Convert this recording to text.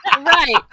Right